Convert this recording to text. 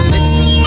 Listen